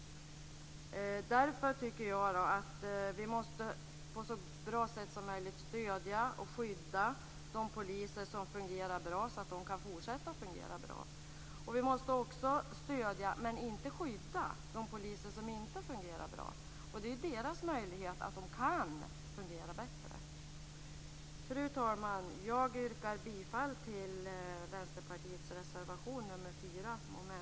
Därför måste vi på ett så bra sätt som möjligt stödja och skydda de poliser som fungerar bra så att de kan fortsätta att fungera bra. Vi måste också stödja - men inte skydda - de poliser som inte fungerar bra. Det är deras möjlighet att fungera bättre. Fru talman! Jag yrkar bifall till Vänsterpartiets reservation nr 4 under mom. 7.